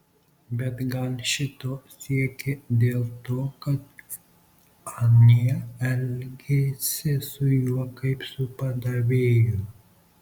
bet gal šito siekė dėl to kad anie elgėsi su juo kaip su padavėju